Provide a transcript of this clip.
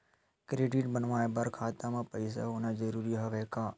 Credit बनवाय बर खाता म पईसा होना जरूरी हवय का?